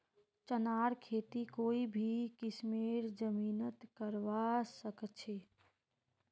चनार खेती कोई भी किस्मेर जमीनत करवा सखछी